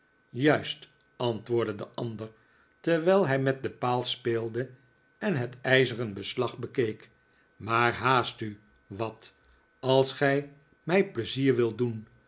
juist antwoordde de ander terwijl hij met den paal speelde en het ijzeren beslag bekeek maar haast u wat als gij mij pleizier wilt doen